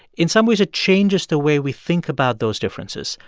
in some ways, it changes the way we think about those differences.